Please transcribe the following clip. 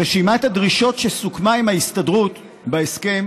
רשימת הדרישות שסוכמה עם ההסתדרות בהסכם